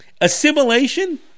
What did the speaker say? assimilation